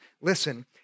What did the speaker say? Listen